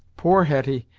poor hetty,